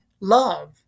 love